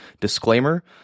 disclaimer